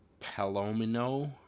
Palomino